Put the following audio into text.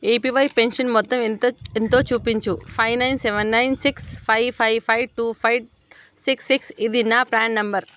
APY pension మొత్తం ఎంత ఎంతో చూపించు five nine seven nine six five five five two five six six ఇది నా ప్రాన్ నంబర్